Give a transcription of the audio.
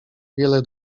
wiele